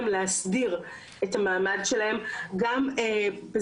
גם בזמן שנבצר מהם לעבוד מסיבות רפואיות,